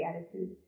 attitude